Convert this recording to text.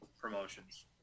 promotions